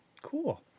Cool